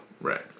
Right